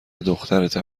دخترته